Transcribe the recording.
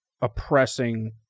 oppressing